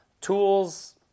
tools